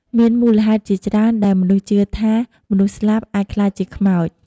មានមូលហេតុជាច្រើនដែលមនុស្សជឿថាមនុស្សស្លាប់អាចក្លាយជាខ្មោច។